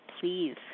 please